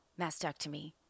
mastectomy